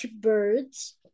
birds